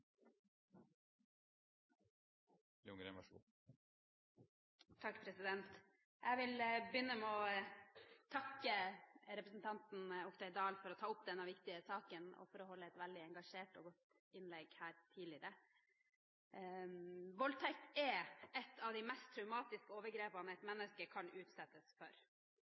Jeg vil begynne med å takke representanten Oktay Dahl for å ta opp denne viktige saken og for å holde et veldig engasjert og godt innlegg. Voldtekt er et av de mest traumatiske overgrepene et menneske kan utsettes for.